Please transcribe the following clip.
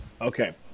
okay